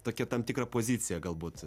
tokia tam tikra pozicija galbūt